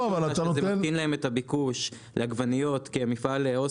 שזה מקטין להם את הביקוש לעגבניות כי מפעל אסם